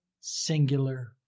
singular